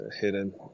hidden